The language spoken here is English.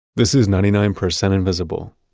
this is ninety nine percent invisible.